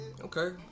okay